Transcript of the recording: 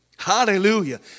Hallelujah